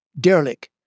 derelict